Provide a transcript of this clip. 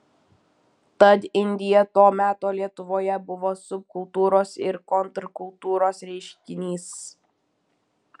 tad indija to meto lietuvoje buvo subkultūros ir kontrkultūros reiškinys